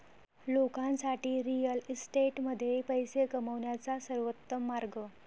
लोकांसाठी रिअल इस्टेटमध्ये पैसे कमवण्याचा सर्वोत्तम मार्ग